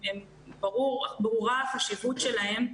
שברורה החשיבות שלהם,